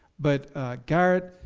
but garrett,